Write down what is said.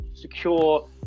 secure